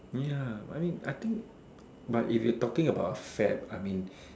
ya but I mean I think but if you talking about a fad I mean